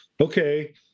okay